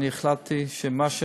אני החלטתי שמה,